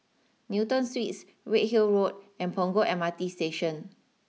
Newton Suites Redhill Road and Punggol M R T Station